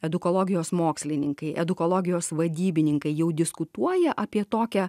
edukologijos mokslininkai edukologijos vadybininkai jau diskutuoja apie tokią